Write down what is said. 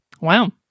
Wow